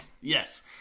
Yes